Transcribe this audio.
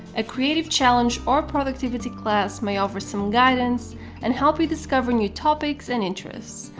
a creative challenge or productivity class may offer some guidance and help you discover new topics and interests,